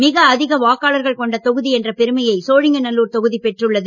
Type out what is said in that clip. மிகஅதிக வாக்காளர்கள் கொண்ட தொகுதி என்ற பெருமையை சோழிங்கநல்லூர் தொகுதி பெற்றுள்ளது